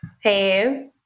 Hey